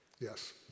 Yes